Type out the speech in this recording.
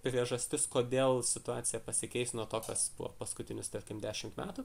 priežastis kodėl situacija pasikeis nuo to kas buvo paskutinius tarkim dešimt metų